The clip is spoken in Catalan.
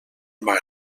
mar